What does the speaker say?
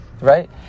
right